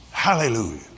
Hallelujah